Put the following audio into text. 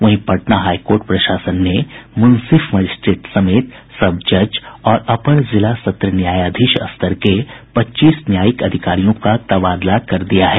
वहीं Patna high court प्रशासन ने मुंसिफ मजिस्ट्रेट समेत सब जज और अपर जिला सत्र न्यायाधीश स्तर के पच्चीस न्यायिक अधिकारियों का तबादला कर दिया है